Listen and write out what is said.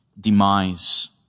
demise